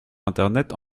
internet